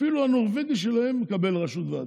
אפילו הנורבגי שלהם מקבל ראשות ועדה.